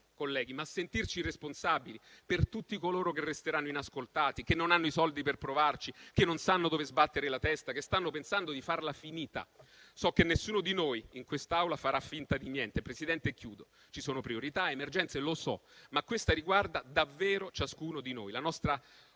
colleghi, ma sentirci responsabili per tutti coloro che resteranno inascoltati, che non hanno i soldi per provarci, che non sanno dove sbattere la testa, che stanno pensando di farla finita. So che nessuno di noi in quest'Aula farà finta di niente. Ci sono priorità ed emergenze, lo so, ma questa riguarda davvero ciascuno di noi, la nostra